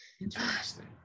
interesting